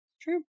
True